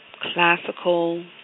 classical